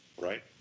right